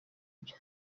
byo